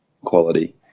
quality